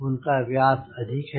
उनका व्यास अधिक है